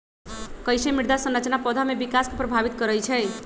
कईसे मृदा संरचना पौधा में विकास के प्रभावित करई छई?